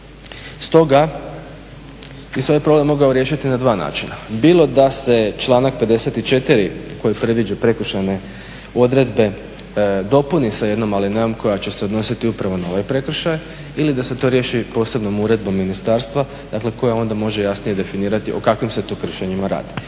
stoga bi se ovaj problem mogao riješiti na dva načina bilo da se članak 54. koji predviđa prekršajne odredbe dopuni sa jednom alinejom koja će se odnositi upravo na ovaj prekršaj ili da se to riješi posebnom uredbom ministarstva, dakle koja onda može jasnije definirati o kakvim se tu kršenjima radi.